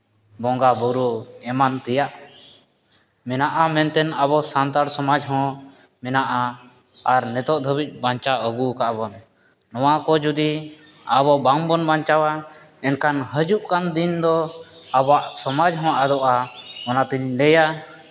ᱵᱚᱸᱜᱟᱼᱵᱩᱨᱩ ᱮᱢᱟᱱ ᱛᱮᱭᱟᱜ ᱢᱮᱱᱟᱜᱼᱟ ᱢᱮᱱᱛᱮ ᱟᱵᱚ ᱥᱟᱱᱛᱟᱲ ᱥᱚᱢᱟᱡᱽ ᱦᱚᱸ ᱢᱮᱱᱟᱜᱼᱟ ᱟᱨ ᱱᱤᱛᱚᱜ ᱫᱷᱟᱹᱵᱤᱡ ᱵᱟᱧᱪᱟᱣ ᱟᱹᱜᱩᱣ ᱠᱟᱜᱼᱟ ᱵᱚᱱ ᱱᱚᱣᱟ ᱠᱚ ᱡᱩᱫᱤ ᱟᱵᱚ ᱵᱟᱝᱵᱚᱱ ᱵᱟᱧᱪᱟᱣᱟ ᱮᱱᱠᱷᱟᱱ ᱦᱤᱡᱩᱜ ᱠᱟᱱ ᱫᱤᱱ ᱫᱚ ᱟᱵᱚᱣᱟᱜ ᱥᱚᱢᱟᱡᱽ ᱨᱮᱦᱚᱸ ᱟᱫᱚᱜᱼᱟ ᱚᱱᱟᱛᱤᱧ ᱞᱟᱹᱭᱟ